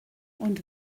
und